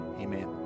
amen